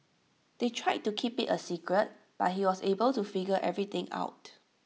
they tried to keep IT A secret but he was able to figure everything out